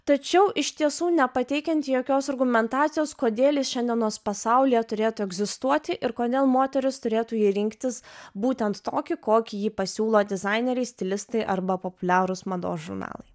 tačiau iš tiesų nepateikiant jokios argumentacijos kodėl šiandienos pasaulyje turėtų egzistuoti ir kodėl moterys turėtų jį rinktis būtent tokį kokį jį pasiūlo dizaineriai stilistai arba populiarūs mados žurnalai